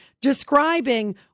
describing